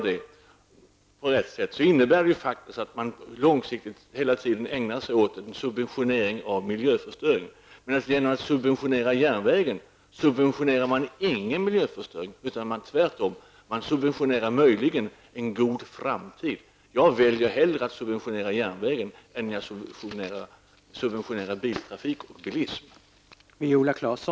Det innebär att vi långsiktigt subventionerar miljöförstöring. Genom att subventionera järnvägen subventionerar man ingen miljöförstöring. Tvärtom -- man subventionerar möjligen en god framtid. Jag subventionerar hellre järnvägen än jag subventionerar biltrafik och bilism.